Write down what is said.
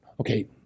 Okay